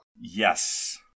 Yes